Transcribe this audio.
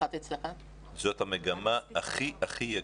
זאת המגמה הכי יקרה,